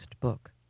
book